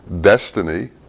destiny